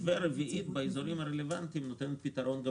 4) באזורים הרלוונטיים נותנת פתרון גם